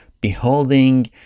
beholding